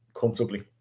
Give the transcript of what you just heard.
comfortably